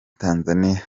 tanzania